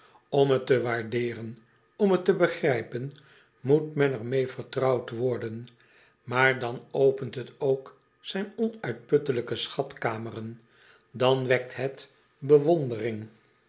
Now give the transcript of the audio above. m het te waardeeren om het te begrijpen moet men er meê vertrouwd worden aar dan opent het ook zijn onuitputtelijke schatkameren dan wekt het bewondering